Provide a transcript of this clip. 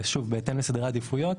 ושוב, בהתאם לסדרי העדיפויות.